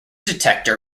detector